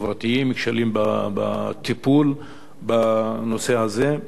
כשלים בטיפול בנושא הזה על-ידי